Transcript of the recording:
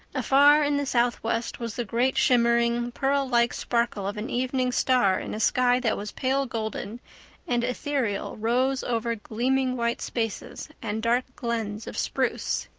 afar in the southwest was the great shimmering, pearl-like sparkle of an evening star in a sky that was pale golden and ethereal rose over gleaming white spaces and dark glens of spruce.